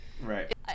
Right